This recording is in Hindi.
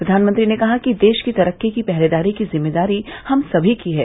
प्रधानमंत्री ने कहा कि देश की तरक्की की पहरेदारी की जिम्मेदारी हम सभी की है